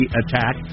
attack